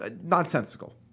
nonsensical